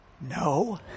No